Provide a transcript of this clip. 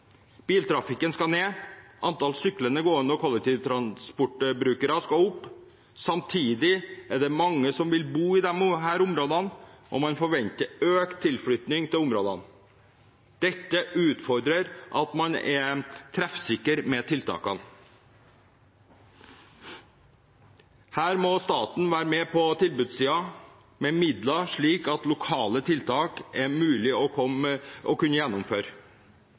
Biltrafikken skal ned, antall syklende, gående og brukere av kollektivtransport skal opp. Samtidig er det mange som vil bo i disse områdene, og man forventer økt tilflytting til områdene. Dette utfordrer at man er treffsikker med tiltakene. Her må staten være mer på tilbudssiden med midler, slik at det er mulig å gjennomføre